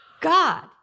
God